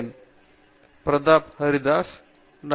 பேராசிரியர் பிரதாப் ஹரிதாஸ் கிரேட்